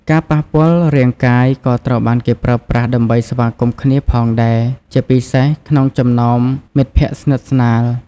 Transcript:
ការប៉ះពាល់រាងកាយ ក៏ត្រូវបានគេប្រើប្រាស់ដើម្បីស្វាគមន៍គ្នាផងដែរ ជាពិសេសក្នុងចំណោមមិត្តភក្តិស្និទ្ធស្នាល។